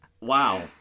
wow